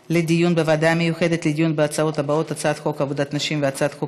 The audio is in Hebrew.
לוועדה המיוחדת לדיון בהצעת חוק עבודת נשים ובהצעת חוק